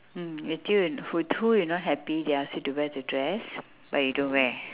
hmm you who t~ who you not happy they ask you to wear the dress but you don't wear